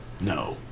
No